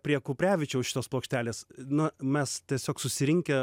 prie kuprevičiaus šitos plokštelės na mes tiesiog susirinkę